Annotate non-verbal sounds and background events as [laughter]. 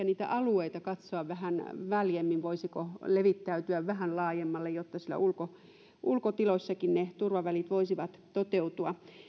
[unintelligible] niitä alueita katsoa vähän väljemmin voisiko levittäytyä vähän laajemmalle jotta siellä ulkotiloissakin ne turvavälit voisivat toteutua